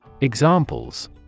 Examples